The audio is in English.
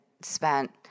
spent